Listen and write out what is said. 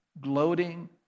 gloating